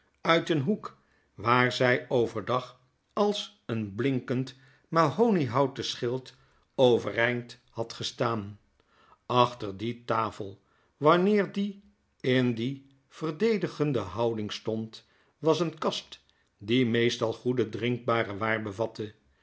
uit een hoek waar zy over dag als een blinkend mahoniehouten schild overeind had gestaan achter die tafel wanneer die in die verdedigende houding stond was een kast die meestal goede drinkbare waar